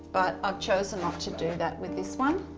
but i've chosen not to do that with this one.